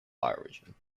bioregion